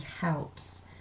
helps